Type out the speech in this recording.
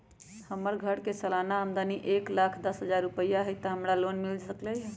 हमर घर के सालाना आमदनी एक लाख दस हजार रुपैया हाई त का हमरा लोन मिल सकलई ह?